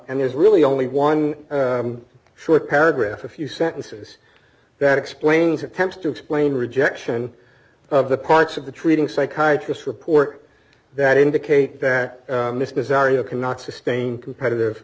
and there's really only one short paragraph a few sentences that explains attempts to explain rejection of the parts of the treating psychiatry's report that indicate that this bizarre you cannot sustain competitive